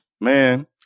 Man